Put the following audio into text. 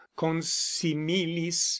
consimilis